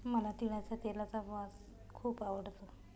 मला तिळाच्या तेलाचा वास खूप आवडतो